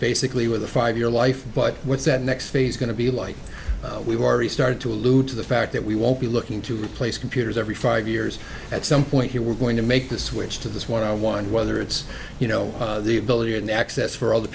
basically with a five year life but what's that next phase going to be like we've already started to allude to the fact that we won't be looking to replace computers every five years at some point here we're going to make the switch to this one on one whether it's you know the ability and access for